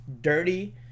dirty